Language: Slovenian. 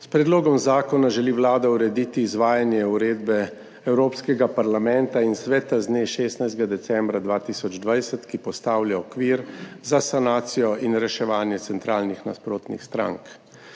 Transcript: S predlogom zakona želi Vlada urediti izvajanje uredbe Evropskega parlamenta in Sveta z dne 16. decembra 2020, ki postavlja okvir za sanacijo in reševanje centralnih nasprotnih strank.